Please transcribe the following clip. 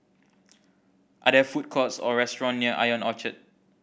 are there food courts or restaurant near Ion Orchard